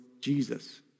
Jesus